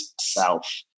self